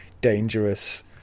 dangerous